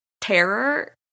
terror